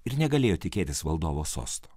ir negalėjo tikėtis valdovo sosto